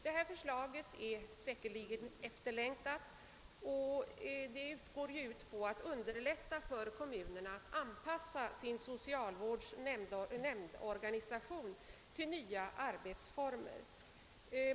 Förslaget i propositionen, som säkerligen är efterlängtat, syftar till att underlätta för kommunerna att anpassa socialvårdens nämndorganisation till nya arbetsformer.